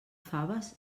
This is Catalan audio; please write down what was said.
faves